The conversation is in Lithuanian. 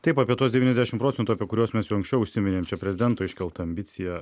taip apie tuos devyniasdešimt procentų apie kuriuos mes jau anksčiau užsiminėm čia prezidento iškelta ambicija